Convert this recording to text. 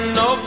no